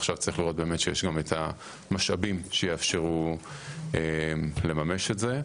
ועכשיו צריך לראות שיש את המשאבים שיאפשרו לממש את זה.